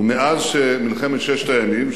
ומאז מלחמת ששת הימים,